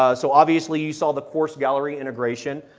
ah so obviously you saw the course gallery integration.